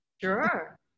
sure